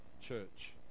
church